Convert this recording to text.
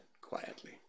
quietly